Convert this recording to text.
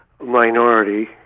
Minority